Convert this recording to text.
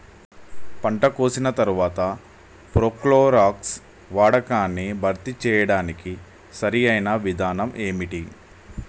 పంట కోసిన తర్వాత ప్రోక్లోరాక్స్ వాడకాన్ని భర్తీ చేయడానికి సరియైన విధానం ఏమిటి?